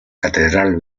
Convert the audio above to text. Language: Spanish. catedral